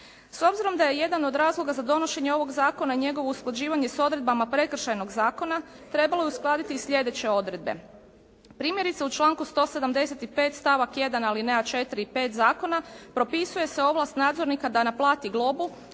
S obzirom da je jedan od razloga za donošenje ovog zakona i njegovo usklađivanje s odredbama Prekršajnog zakona trebalo je uskladiti i sljedeće odredbe. Primjerice u članku 175. stavak 1. alineja 4. i 5. zakona propisuje se ovlast nadzornika da naplati globu,